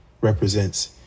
represents